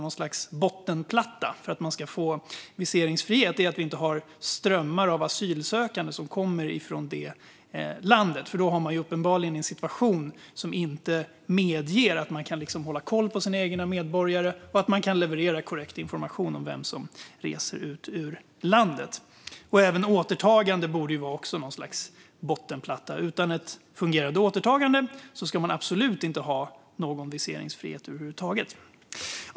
Något slags bottenplatta för att ett land ska få viseringsfrihet borde vara att vi inte har strömmar av asylsökande som kommer från det landet, för då råder det uppenbarligen en situation som inte medger att landet kan hålla koll på sina egna medborgare och leverera korrekt information om vem som reser ut ur landet. Även återtagande borde vara något slags bottenplatta. Utan ett fungerande återtagande ska man absolut inte ha någon viseringsfrihet över huvud taget.